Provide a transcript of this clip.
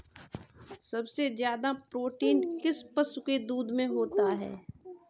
सबसे ज्यादा प्रोटीन किस पशु के दूध में होता है?